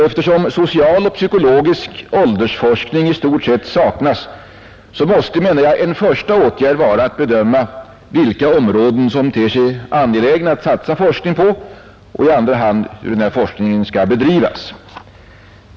Eftersom social och psykologisk åldersforskning i stort sett saknas måste, menar jag, en första åtgärd vara att bedöma vilka områden som ter sig angelägna att satsa forskning på och i andra hand hur denna forskning skall bedrivas.